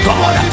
God